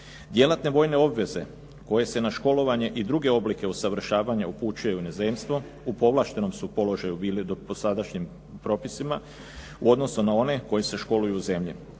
Djelatne vojne obveze koje se na školovanje i druge oblike usavršavanja upućuju u inozemstvo, u povlaštenom su položaju bile po sadašnjim propisima, u odnosu na one kojim se školuju zemlje.